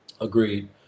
agreed